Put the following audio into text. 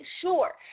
sure